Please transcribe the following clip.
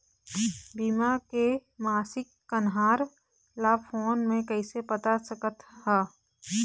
बीमा के मासिक कन्हार ला फ़ोन मे कइसे पता सकत ह?